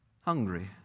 hungry